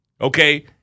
Okay